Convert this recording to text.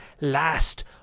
last